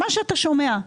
מה שאתה שומע.